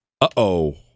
Uh-oh